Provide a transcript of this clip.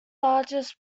largest